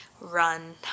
run